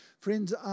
Friends